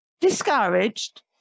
Discouraged